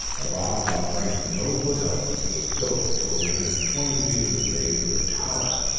the rock offering no foothold to a goat till within twenty feet of the base of the tower,